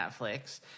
Netflix